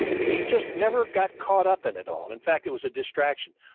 he just never got caught up in it all in fact, it was a distraction.